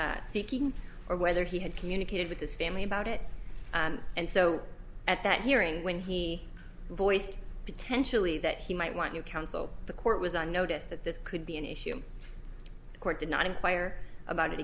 seeking or whether he had communicated with his family about it and so at that hearing when he voiced potentially that he might want you counsel the court was on notice that this could be an issue the court did not inquire about it